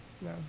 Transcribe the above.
No